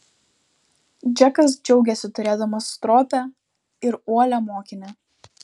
džekas džiaugėsi turėdamas stropią ir uolią mokinę